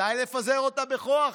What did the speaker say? מתי לפזר אותה בכוח,